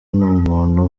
n’umuntu